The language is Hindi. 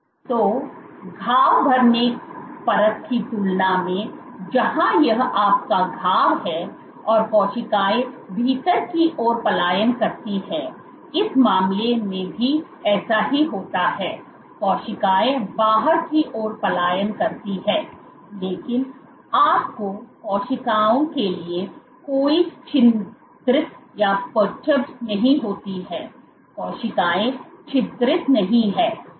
तो घाव भरने वाले परख की तुलना में जहां यह आपका घाव है और कोशिकाएं भीतर की ओर पलायन करती हैं इस मामले में भी ऐसा ही होता है कोशिकाएं बाहर की ओर पलायन करती हैं लेकिन आपको कोशिकाओं के लिए कोई छिद्रित नहीं होती है कोशिकाएं छिद्रित नहीं हैं